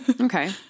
Okay